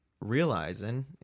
realizing